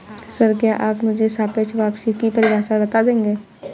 Sir, क्या आप मुझे सापेक्ष वापसी की परिभाषा बता देंगे?